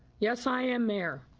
yes, i am mayor,